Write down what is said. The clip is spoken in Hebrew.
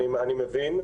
אני מבין,